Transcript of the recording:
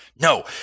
No